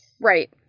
Right